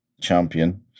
champion